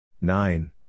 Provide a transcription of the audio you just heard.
Nine